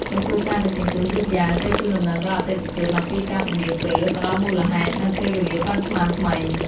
ចំពោះការដឹកជញ្ជូនយឺតយ៉ាវ ត្រូវជូនដំណឹងដល់អតិថិជនអំពីការពន្យារពេល ផ្តល់មូលហេតុ និងពេលវេលាប៉ាន់ស្មានថ្មី។